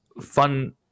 fun